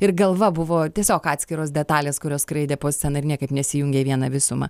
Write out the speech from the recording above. ir galva buvo tiesiog atskiros detalės kurios skraidė po sceną ir niekaip nesijungė į vieną visumą